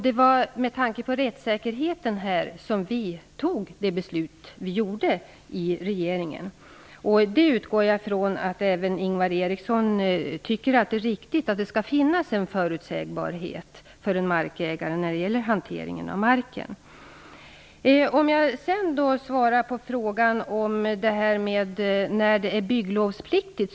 Det var med tanke på rättssäkerheten som regeringen fattade sitt beslut. Jag utgår ifrån att även Ingvar Eriksson tycker att det är riktigt att det skall finnas en förutsägbarhet för en markägare när det gäller hanteringen av hans mark. Sedan vill jag svara på frågan om när ett vindkraftverk är bygglovspliktigt.